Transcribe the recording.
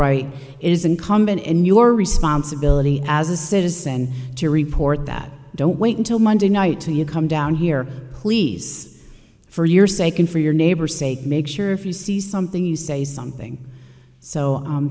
it is incumbent in your responsibility as a citizen to report that don't wait until monday night to you come down here please for your sake and for your neighbor sake make sure if you see something you say something so